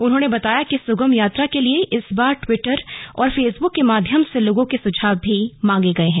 उन्होंने बताया कि सुगम यात्रा के लिए इस बार ट्विटर और फेसबुक के माध्यम से लोगों के सुझाव भी मांगे गये हैं